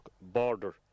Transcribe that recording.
border